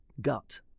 Gut